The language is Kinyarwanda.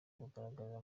bugaragarira